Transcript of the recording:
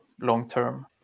long-term